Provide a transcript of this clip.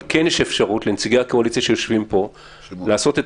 אבל לנציגי הקואליציה שיושבים פה יש אפשרות לעשות את